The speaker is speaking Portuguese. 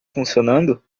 funcionando